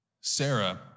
Sarah